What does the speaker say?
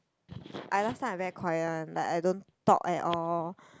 I last time I very quiet like I don't talk at all